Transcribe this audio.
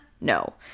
No